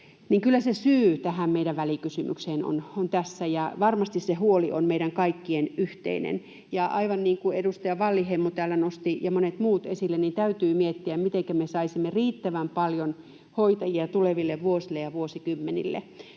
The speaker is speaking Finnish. kyllä se syy tähän meidän välikysymykseemme on tässä, ja varmasti se huoli on meidän kaikkien yhteinen. Ja aivan niin kuin edustaja Wallinheimo ja monet muut täällä nostivat esille, täytyy miettiä, mitenkä me saisimme riittävän paljon hoitajia tuleville vuosille ja vuosikymmenille.